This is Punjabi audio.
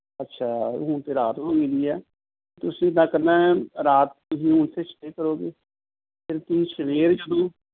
ਅੱਛਾ ਹੁਣ ਤਾਂ ਰਾਤ ਹੋੋਈ ਵੀ ਆ ਤੁਸੀਂ ਮੈਂ ਕਹਿੰਦਾ ਰਾਤ ਤੁਸੀਂ ਉੱਥੇ ਸਟੇਅ ਕਰੋਗੇ ਫਿਰ ਤੁਸੀਂ ਸਵੇਰੇ ਜਦੋਂ